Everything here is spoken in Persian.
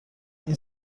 این